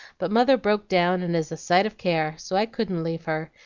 but mother broke down, and is a sight of care so i couldn't leave her,